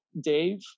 Dave